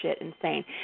insane